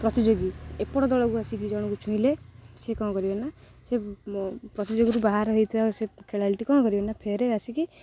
ପ୍ରତିଯୋଗୀ ଏପଟ ଦଳକୁ ଆସିକି ଜଣକୁ ଛୁଇଁଲେ ସେ କ'ଣ କରିବେ ନା ସେ ପ୍ରତିଯୋଗୀତାରୁ ବାହାର ହେଇଥିବା ସେ ଖେଳାଳିଟି କ'ଣ କରିବେ ନା ଫେରେ ଆସିକି